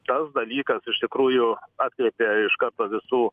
tas dalykas iš tikrųjų atkreipė iš karto visų